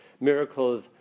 miracles